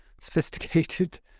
sophisticated